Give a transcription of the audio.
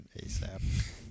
ASAP